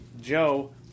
Joe